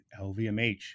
LVMH